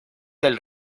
del